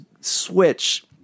switch